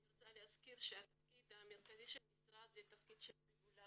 אני רוצה להזכיר שהתפקיד המרכזי של המשרד הוא רגולציה